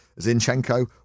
Zinchenko